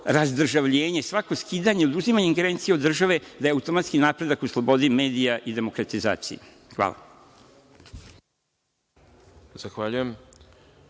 razdržavljenje, svako skidanje, oduzimanje ingerencija od države da je automatski napredak u slobodi medija i demokratizaciji. Hvala.